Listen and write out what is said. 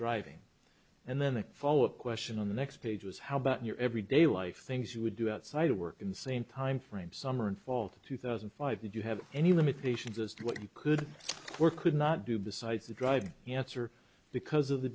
driving and then the follow up question on the next page was how about your every day life things you would do outside of work in the same timeframe summer and fall to two thousand and five did you have any limitations as to what you could or could not do besides drive answer because of the